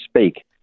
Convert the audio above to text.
speak